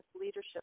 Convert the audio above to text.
leadership